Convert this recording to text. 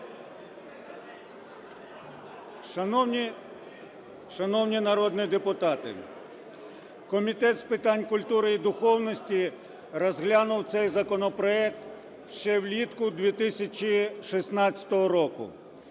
Шановні народні депутати, Комітет з питань культури і духовності розглянув цей законопроект ще влітку 2016 року.